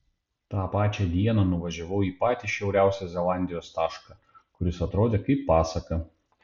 tą pačią dieną nuvažiavau į patį šiauriausią zelandijos tašką kuris atrodė kaip pasaka